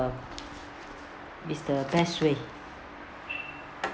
is the best way